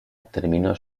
terminó